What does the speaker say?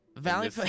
Valley